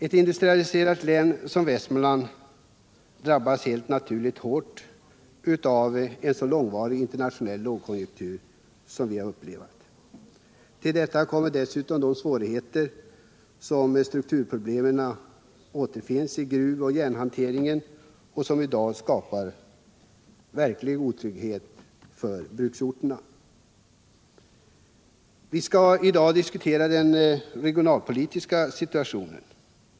Ett industrialiserat län som Västmanland drabbas helt naturligt hårt av en så långvarig internationell lågkonjunktur som den vi har upplevt. Till detta kommer dessutom de svårigheter som strukturproblemen i gruvoch järnhanteringen i dag skapar, vilka medför verklig otrygghet för bruksorterna. Vi diskuterar i dag den regionalpolitiska situationen.